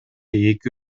эки